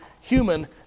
human